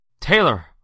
Taylor